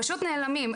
פשוט נעלמים.